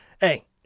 Hey